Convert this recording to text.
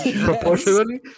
proportionally